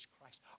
Christ